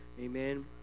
amen